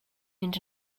mynd